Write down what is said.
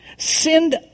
send